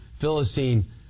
philistine